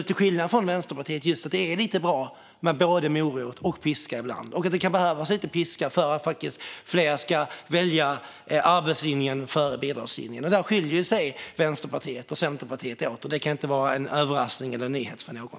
Till skillnad från Vänsterpartiet tror jag att det är lite bra med både morot och piska ibland. Det kan behövas lite piska för att fler ska välja arbetslinjen före bidragslinjen. Där skiljer sig Vänsterpartiet och Centerpartiet åt, och det kan inte vara en överraskning eller nyhet för någon.